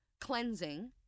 cleansing